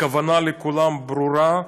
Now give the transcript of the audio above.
הכוונה לכולם ברורה.